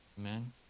Amen